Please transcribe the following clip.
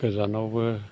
गोजानावबो